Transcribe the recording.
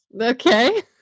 Okay